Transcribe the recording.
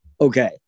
Okay